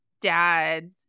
dad